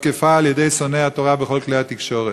הותקפה על-ידי שונאי התורה בכל כלי התקשורת.